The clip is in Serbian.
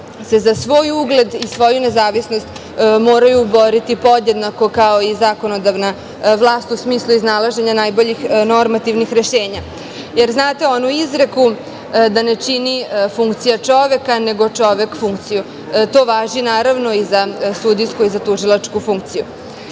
se za svoj ugled i svoju nezavisnost moraju boriti podjednako kao i zakonodavna vlast, a u smislu iznalaženja najboljih normativnih rešenja. Znate onu izreku da ne čini funkcija čoveka, nego čovek funkciju. To važi, naravno, i za sudijsku i za tužilačku funkciju. Želim